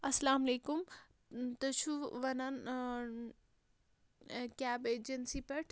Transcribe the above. اَسلام علیکُم تُہۍ چھُو وَنان کیب ایجَنسی پٮ۪ٹھ